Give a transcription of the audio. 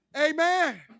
amen